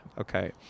Okay